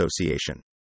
Association